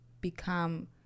become